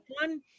one